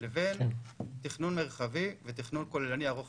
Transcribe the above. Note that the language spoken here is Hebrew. לבין תכנון מרחבי ותכנון כוללני ארוך